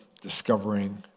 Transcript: discovering